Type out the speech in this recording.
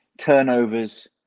Turnovers